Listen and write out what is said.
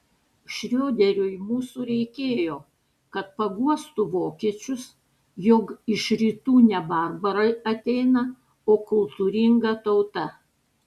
šrioderiui mūsų reikėjo kad paguostų vokiečius jog iš rytų ne barbarai ateina o kultūringa tauta